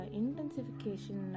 intensification